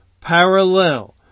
parallel